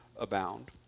abound